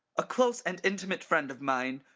a close and intimate friend of mine,